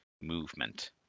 movement